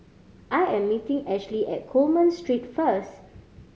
I am meeting Ashly at Coleman Street first